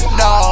no